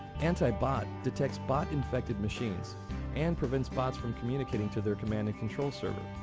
anti-bot detects bot infected machines and prevents bots from communicating to their commanding control server.